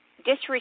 disrespect